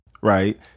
right